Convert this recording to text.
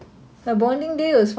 how was your bonding day